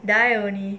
die only